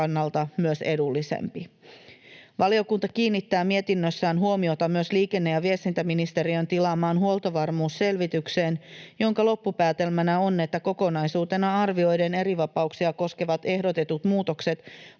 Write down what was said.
kannalta myös edullisempi. Valiokunta kiinnittää mietinnössään huomiota myös liikenne- ja viestintäministeriön tilaamaan huoltovarmuusselvitykseen, jonka loppupäätelmänä on, että kokonaisuutena arvioiden erivapauksia koskevat ehdotetut muutokset